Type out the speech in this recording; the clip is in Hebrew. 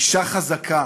אישה חזקה,